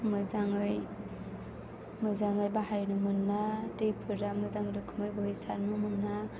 मोजाङै बाहायनो मोना दैफोरा मोजां रोखोमै बोहैसारनो मोना